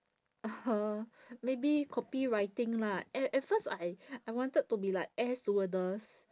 uh maybe copywriting lah at at first I I wanted to be like air stewardess